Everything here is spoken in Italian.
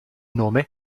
nome